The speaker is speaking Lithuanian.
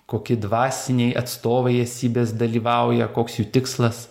koki dvasiniai atstovai esybės dalyvauja koks jų tikslas